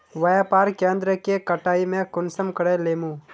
व्यापार केन्द्र के कटाई में कुंसम करे लेमु?